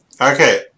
okay